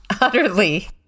Utterly